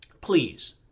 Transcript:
Please